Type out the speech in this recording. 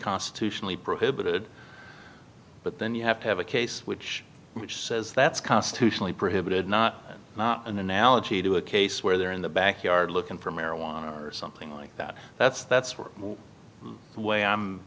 constitutionally prohibited but then you have to have a case which which says that's constitutionally prohibited not an analogy to a case where they're in the backyard looking for marijuana or something like that that's that's w